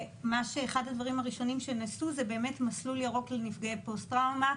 ואחד הדברים הראשונים שנעשו זה באמת מסלול ירוק לנפגעי פוסט-טראומה.